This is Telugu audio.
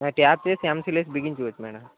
ట్యాప్ వేసి ఎంసీల్ వేసి బిగించేయచ్చు మేడమ్